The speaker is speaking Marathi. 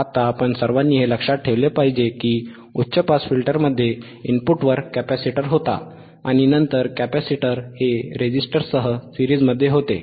आता आपण सर्वांनी हे लक्षात ठेवले पाहिजे की उच्च पास फिल्टरमध्ये इनपुटवर कॅपेसिटर होता आणि नंतर कॅपेसिटर हे रेझिस्टरसह सिरीज़मध्ये होते